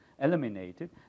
eliminated